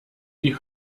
die